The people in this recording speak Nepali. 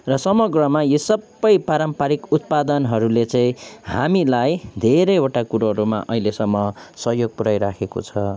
र समग्रमा यो सबै पारम्परिक उत्पादनहरूले चाहिँ हामीलाई धेरैवटा कुरोहरूमा अहिलेसम्म सहयोग पुऱ्याइरहेको छ